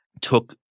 took